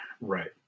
right